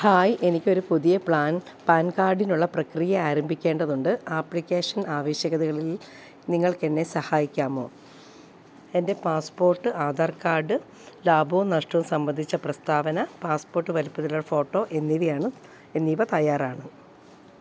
hi എനിക്കൊരു പുതിയ PAN കാർഡിനുള്ള പ്രക്രിയ ആരംഭിക്കേണ്ടതുണ്ട് ആപ്ലിക്കേഷൻ ആവശ്യകതകളിൽ നിങ്ങൾക്ക് എന്നെ സഹായിക്കാമോ എൻ്റെ പാസ്പോർട്ട് ആധാർ കാർഡ് ലാഭവും നഷ്ടവും സംബന്ധിച്ച പ്രസ്താവന പാസ്പോർട്ട് വലിപ്പത്തിലുള്ള ഫോട്ടോ എന്നിവയാണ് എന്നിവ തയ്യാറാണ്